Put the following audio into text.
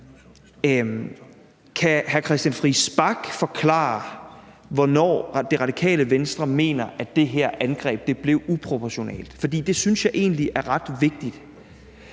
hr. Christian Friis Bach kan forklare, hvornår Radikale Venstre mener at det her angreb blev uproportionalt. For det synes jeg egentlig er ret vigtigt.